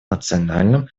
национальном